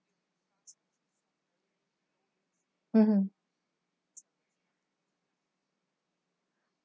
mmhmm